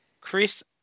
Chris